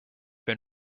have